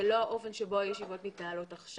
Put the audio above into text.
זה לא האופן שבו הישיבות מתנהלות עכשיו.